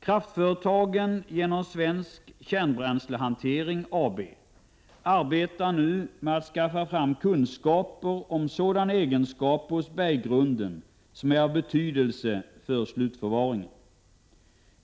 Kraftföretagen genom Svensk Kärnbränslehantering AB arbetar nu med att skaffa fram kunskaper om sådana egenskaper hos berggrunden som är av betydelse för slutförvaringen.